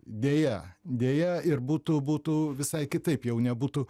deja deja ir būtų būtų visai kitaip jau nebūtų